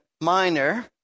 Minor